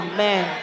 Amen